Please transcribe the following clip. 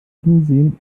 hinsehen